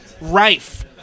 rife